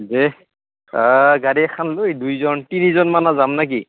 দে গাড়ী এখান লৈ দুইজন তিনিজনমান যাম নেকি